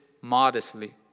modestly